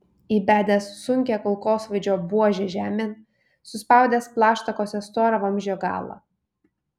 įbedęs sunkią kulkosvaidžio buožę žemėn suspaudęs plaštakose storą vamzdžio galą